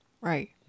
Right